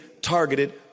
targeted